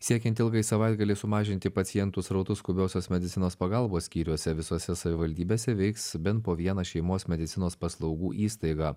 siekiant ilgąjį savaitgalį sumažinti pacientų srautus skubiosios medicinos pagalbos skyriuose visose savivaldybėse veiks bent po vieną šeimos medicinos paslaugų įstaigą